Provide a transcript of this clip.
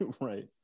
Right